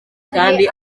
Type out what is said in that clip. kandi